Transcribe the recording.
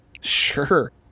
Sure